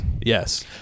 yes